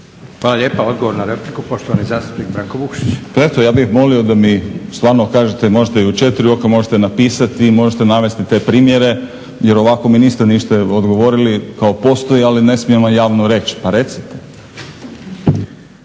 **Vukšić, Branko (Hrvatski laburisti - Stranka rada)** Pa eto ja bih molio da mi stvarno kažete, možete i u 4 oka, možete napisati, možete navesti te primjere jer ovako mi niste ništa odgovorili kao postoje ali ne smijem vam javno reći. Pa recite.